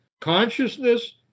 consciousness